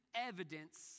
evidence